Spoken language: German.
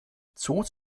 zoos